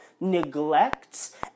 neglects